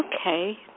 Okay